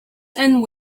and